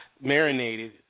marinated